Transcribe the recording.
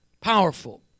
Powerful